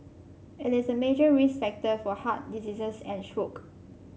it is a major risk factor for heart diseases and stroke